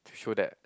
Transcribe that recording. to show that